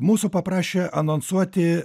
mūsų paprašė anonsuoti